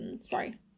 sorry